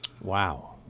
Wow